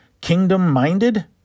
kingdom-minded